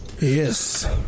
yes